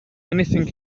anything